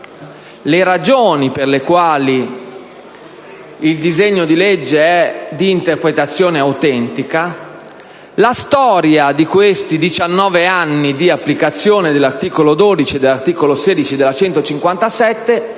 le ragioni per le quali il disegno di legge è di interpretazione autentica, la storia di questi 19 anni di applicazione degli articoli 12 e 16 della